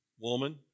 Woman